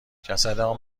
جسدان